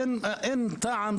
אין טעם,